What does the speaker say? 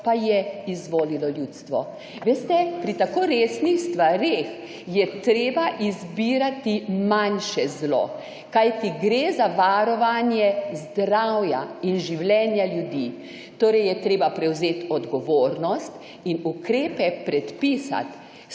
pa je izvolilo ljudstvo. Veste, pri tako resnih stvareh je treba izbirati manjše zlo. Kajti gre za varovanje zdravja in življenja ljudi. Torej je treba prevzeti odgovornost in ukrepe predpisati.